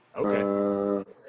Okay